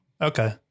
Okay